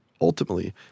ultimately